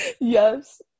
yes